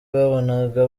wabonaga